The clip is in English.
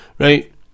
Right